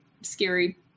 scary